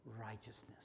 righteousness